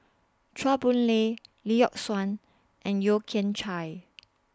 Chua Boon Lay Lee Yock Suan and Yeo Kian Chai